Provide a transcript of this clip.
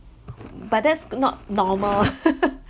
but that's not normal